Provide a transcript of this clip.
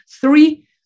Three